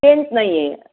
pens नाही आहे